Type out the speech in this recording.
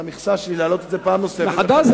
על המכסה שלי, להעלות את זה פעם נוספת, מחדש.